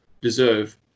deserve